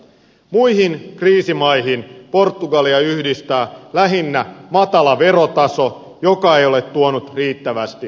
muihin kriisimaihin portugalia yhdistää lähinnä matala verotaso joka ei ole tuonut riittävästi tuloja